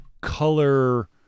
color